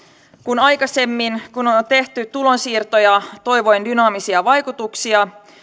kuin aikaisemmin kun on tehty tulonsiirtoja toivoen dynaamisia vaikutuksia